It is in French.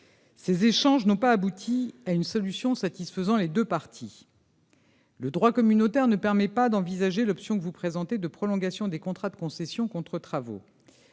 Ces échanges n'ont pas abouti à une solution satisfaisant les deux parties. Le droit communautaire ne permet pas d'envisager l'option que vous présentez, madame la sénatrice, de prolongation des contrats de concession contre travaux.